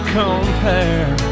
compare